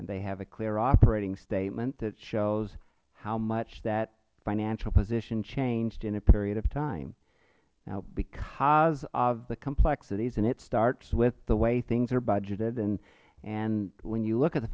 and they have a clear operating statement that shows how much that financial position changed in a period of time now because of the complexities and it starts with the way things are budgeted and when you look at the